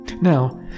Now